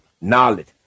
knowledge